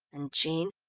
and, jean,